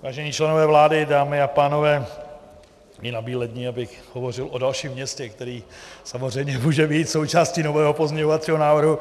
Vážení členové vlády, dámy a pánové, je nabíledni, abych hovořil o dalším městě, které samozřejmě může být součástí nového pozměňovacího návrhu.